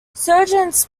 sergeants